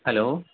hello